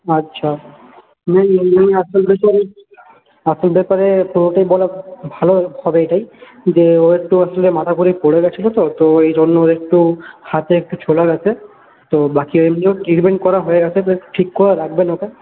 আচ্ছা আপনার ব্যাপারে পুরোটাই বলা ভালো হবে এটাই যে ও একটু আসলে মাথা ঘুরে পরে গেছিলো তো এই জন্য একটু হাতে একটু ছড়ে গেছে তো বাকি এইগুলো ট্রিটমেন্ট করা হয়ে গেছে জাস্ট ঠিক করে রাখবেন ওকে